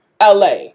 LA